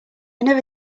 never